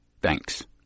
Thanks